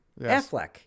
Affleck